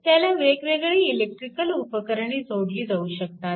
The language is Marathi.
त्याला वेगवेगळी इलेक्ट्रिकल उपकरणे जोडली जाऊ शकतात